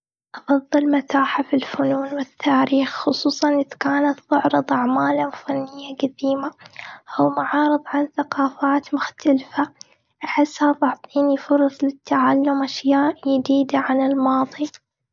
أفضل متاحف الفنون والتاريخ. خصوصاً إذا كانت تعرض أعمالاً فنية قديمة، أو معارض عن ثقافات مختلفة. أحسها تعطيني فرص للتعلم أشياء جديدة عن الماضي.